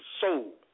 Soul